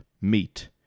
meat